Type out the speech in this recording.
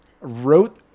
wrote